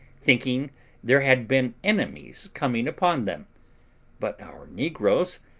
thinking there had been enemies coming upon them but our negroes,